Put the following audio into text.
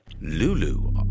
Lulu